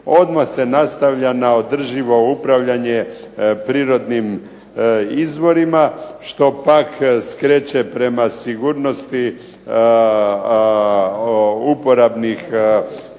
odmah se nastavlja na održivo upravljanje prirodnih izvorima što pak skreće prema sigurnosti uporabnih